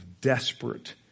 desperate